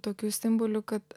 tokiu simboliu kad